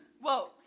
whoa